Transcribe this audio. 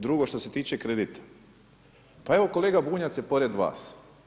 Drugo što se tiče kredita, pa evo, kolega Bunjac je pored vas.